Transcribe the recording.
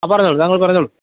ആ പറഞ്ഞോളൂ താങ്കൾ പറഞ്ഞോളൂ